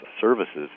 services